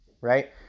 right